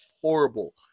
horrible